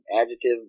adjective